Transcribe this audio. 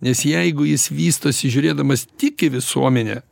nes jeigu jis vystosi žiūrėdamas tik į visuomenę